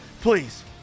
Please